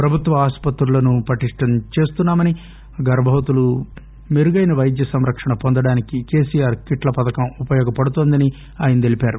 ప్రభుత్వ ఆస్పత్రులను పటిష్ణం చేస్తున్సామని గర్భవతులు మెరుగైన వైద్య సంరక్షణ పొందడానికి కేసీఆర్ కిట్ల పథకం ఉపయోగపడుతోందని ఆయన చెప్పారు